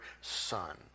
son